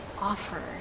offer